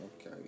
Okay